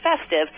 festive